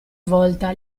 volta